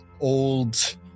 old